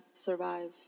survive